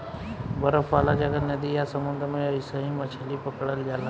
बरफ वाला जगह, नदी आ समुंद्र में अइसही मछली पकड़ल जाला